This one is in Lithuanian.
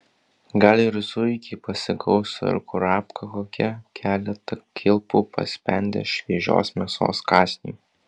gal ir zuikį pasigaus ar kurapką kokią keletą kilpų paspendęs šviežios mėsos kąsniui